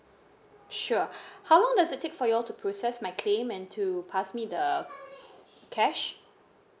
sure how long does it take for your to process my claim and to pass me the cash